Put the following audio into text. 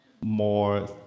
more